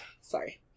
Sorry